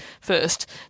first